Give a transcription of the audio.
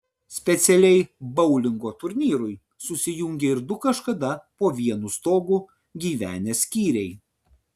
specialiai boulingo turnyrui susijungė ir du kažkada po vienu stogu gyvenę skyriai